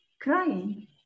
crying